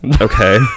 okay